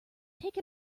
take